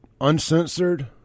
uncensored